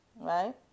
right